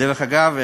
דרך אגב,